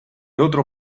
otro